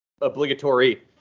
obligatory